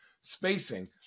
spacing